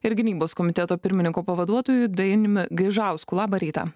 ir gynybos komiteto pirmininko pavaduotoju dainiumi gaižausku labą rytą